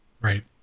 right